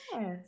Yes